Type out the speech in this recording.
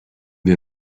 wir